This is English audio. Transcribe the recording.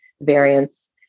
variants